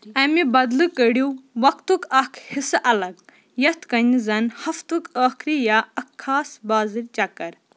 اَمہِ بدلہٕ كٔڈِو وَقتُک اَکھ حِصہٕ الگ یَتھ کَنۍ زَنہٕ ہفتُک ٲخری یا اَكھ خاص بازٕرۍ چَكَر